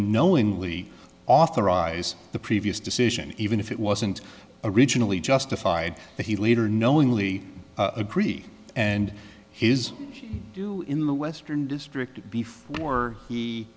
knowingly authorize the previous decision even if it wasn't originally justified that he leader knowingly agree and his in the western district before he